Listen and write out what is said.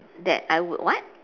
that I would what